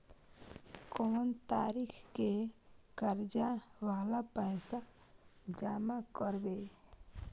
कोन तारीख के कर्जा वाला पैसा जमा करबे?